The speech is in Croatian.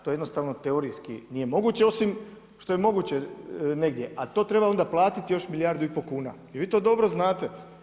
To jednostavno teorijski nije moguće, osim što je moguće negdje, a to treba onda platiti još milijardu i pol kuna i vi to dobro znate.